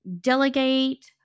delegate